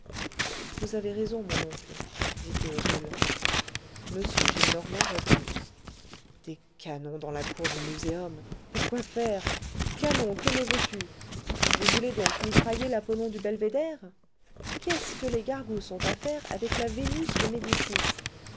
vous avez raison mon oncle dit théodule m gillenormand reprit des canons dans la cour du muséum pourquoi faire canon que me veux-tu vous voulez donc mitrailler l'apollon du belvédère qu'est-ce que les gargousses ont à faire avec la vénus de médicis